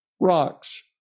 rocks